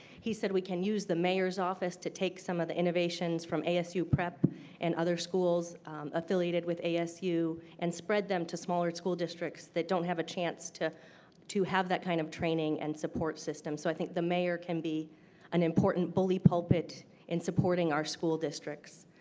he said we can use the mayor's office to take some of the innovations from asu prep and other schools affiliated with asu and spread them to smaller school districts that don't have a chance to to have that kind of training and support system. so i think the mayor can be an important bully pulpit in supporting our school districts.